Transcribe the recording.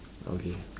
okay